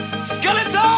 Skeleton